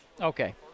Okay